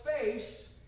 face